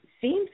seems